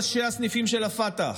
ראשי הסניפים של הפת"ח,